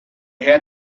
had